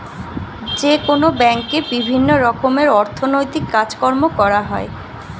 যেকোনো ব্যাঙ্কে বিভিন্ন রকমের অর্থনৈতিক কাজকর্ম করা হয়